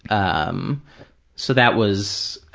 um so that was